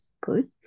good